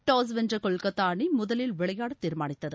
toss வென்ற கொல்கத்தா அணி முதலில் விளையாட தீர்மானித்தது